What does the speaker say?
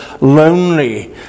lonely